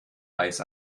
eis